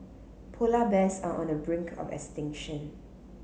polar bears are on the brink of extinction